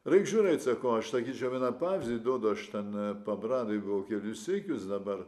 reik žiūrėti sakau aš sakyčiau vieną pavyzdį duodu aš ten pabradėj buvau kelis sykius dabar